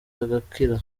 agakira